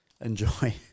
enjoy